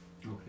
Okay